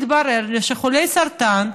התברר לי שחולי סרטן,